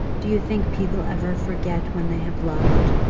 do you think people ever forget when they have loved?